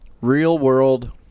real-world